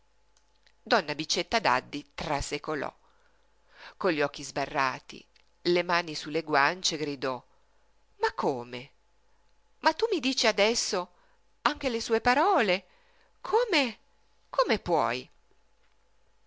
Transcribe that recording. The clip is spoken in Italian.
donna bicetta daddi trasecolò con gli occhi sbarrati le mani su le guance gridò ma come ma tu mi dici adesso anche le sue parole come come puoi